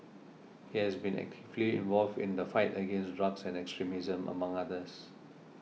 he has been actively involved in the fight against drugs and extremism among others